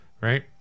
right